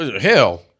hell